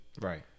Right